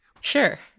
Sure